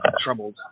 troubled